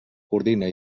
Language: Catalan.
coordina